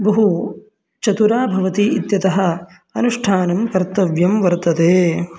बहु चतुरा भवति इत्यतः अनुष्ठानं कर्तव्यं वर्तते